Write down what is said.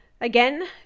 again